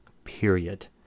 period